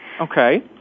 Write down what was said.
Okay